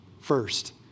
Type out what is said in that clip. first